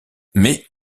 mais